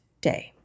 day